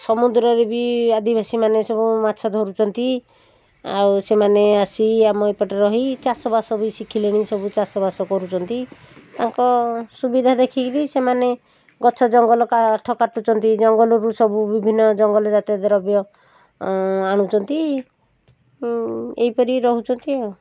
ସମୁଦ୍ରରେ ବି ଆଦିବାସୀ ମାନେ ସବୁ ମାଛ ଧରୁଛନ୍ତି ଆଉ ସେମାନେ ଆସି ଆମ ଏପଟେ ରହି ଚାଷବାସ ବି ଶିଖିଲେଣି ସବୁ ଚାଷବାସ କରୁଛନ୍ତି ତାଙ୍କ ସୁବିଧା ଦେଖିକି ବି ସେମାନେ ଗଛ ଜଙ୍ଗଲ କାଠ କାଟୁଛନ୍ତି ଜଙ୍ଗଲରୁ ସବୁ ବିଭିନ୍ନ ଜଙ୍ଗଲଜାତ ଦ୍ରବ୍ୟ ଆଣୁଛନ୍ତି ଏହିପରି ରହୁଛନ୍ତି ଆଉ